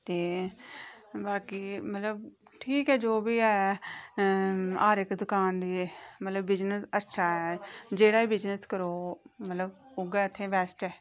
ते बाकी मतलब ठीक ऐ जो बी ऐ हर इक दकान मतलब बिजनेस अच्छा ऐ जेह्ड़ा बी बिजनेस करो मतलब ओह् गै इत्थै बैस्ट ऐ